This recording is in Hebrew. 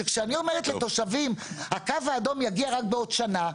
שכשאני אומרת לתושבים ש"הקו האדום" רק יגיע בעוד שנה,